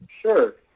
Sure